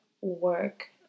work